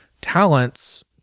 talents